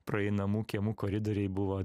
praeinamų kiemų koridoriai buvo